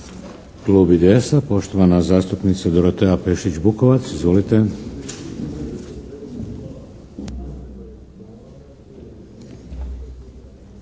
Klub IDS-a poštovana zastupnica Dorotea Pešić Bukovac. Izvolite.